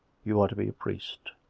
you are to be a priest.